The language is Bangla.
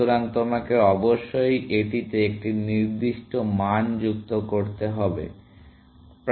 সুতরাং তোমাকে অবশ্যই এটিতে একটি নির্দিষ্ট মান যুক্ত করতে হবে